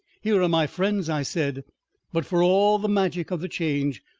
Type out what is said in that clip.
here are my friends, i said but for all the magic of the change,